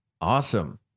Awesome